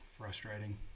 Frustrating